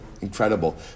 Incredible